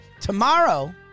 tomorrow